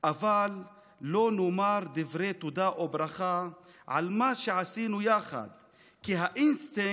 אבל לא נאמר דברי תודה או ברכה / על מה שעשינו יחד / כי האינסטינקט,